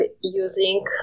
using